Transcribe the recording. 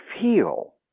feel